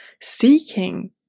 seeking